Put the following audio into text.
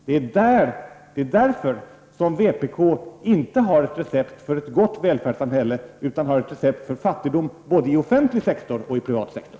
Det är därför som vpk inte har ett recept för ett gott välfärdssamhälle utan har ett recept för fattigdom både inom offentlig sektor och inom privat sektor.